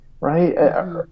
right